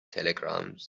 telegrams